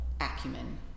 acumen